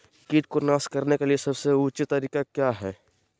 किट को नास करने के लिए सबसे ऊंचे तरीका काया है?